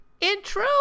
intro